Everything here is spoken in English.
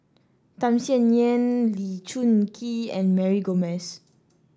Tham Sien Yen Lee Choon Kee and Mary Gomes